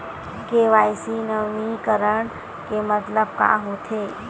KYC नवीनीकरण के मतलब का होथे?